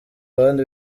abandi